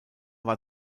war